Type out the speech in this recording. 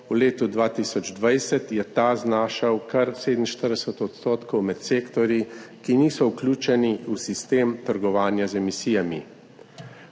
V letu 2020 je ta znašal kar 47 % med sektorji, ki niso vključeni v sistem trgovanja z emisijami.